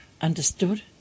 understood